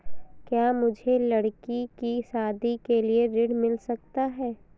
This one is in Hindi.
क्या मुझे लडकी की शादी के लिए ऋण मिल सकता है?